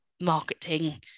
marketing